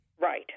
Right